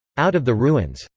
out of the ruins.